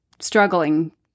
struggling